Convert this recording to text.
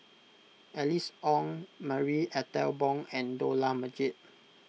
Alice Ong Marie Ethel Bong and Dollah Majid